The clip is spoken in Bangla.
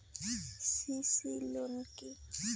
সি.সি লোন কি?